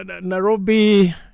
Nairobi